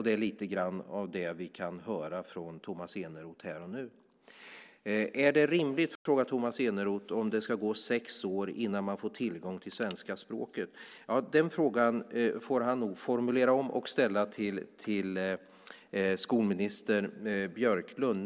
Det är lite grann av det vi kan höra från Tomas Eneroth här och nu. Är det rimligt, frågar Tomas Eneroth, att det ska gå sex år innan man får tillgång till svenska språket? Ja, den frågan får han nog formulera om och ställa till skolminister Björklund.